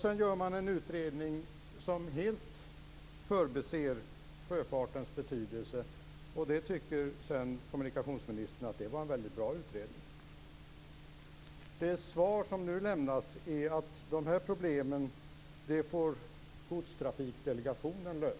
Sedan gör man en utredning som helt förbiser sjöfartens betydelse, och kommunikationsministern tycker att det var en väldigt bra utredning. Det svar som nu lämnas är att dessa problem får Godstransportdelegationen lösa.